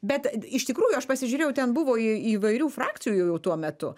bet iš tikrųjų aš pasižiūrėjau ten buvo įvairių frakcijų jau tuo metu